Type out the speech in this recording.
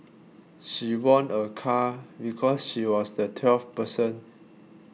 she won a car because she was the twelfth person